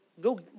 Go